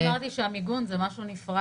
בהתחלה אמרתי שהמיגון הוא דבר נפרד.